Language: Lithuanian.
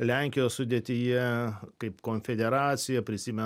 lenkijos sudėtyje kaip konfederacija prisime